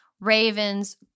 ravens